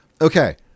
Okay